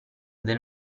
del